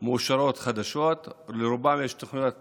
מאושרות חדשות, לרובם יש תוכניות ישנות.